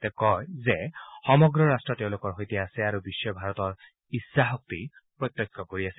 তেওঁ কয় যে সমগ্ৰ ৰট্ট তেওঁলোকৰ সৈতে আছে আৰু বিশ্বই ভাৰতৰ ইছাশক্তি প্ৰত্যক্ষ কৰি আছে